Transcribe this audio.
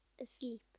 asleep